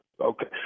Okay